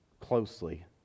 closely